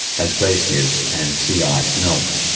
as glaciers and sea ice melt.